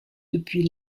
depuis